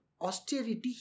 austerity